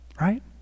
right